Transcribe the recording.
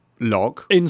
lock